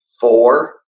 four